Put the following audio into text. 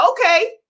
okay